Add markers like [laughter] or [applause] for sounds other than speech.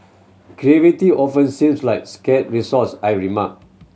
[unintelligible] often seems like scarce resource I remark